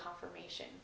confirmation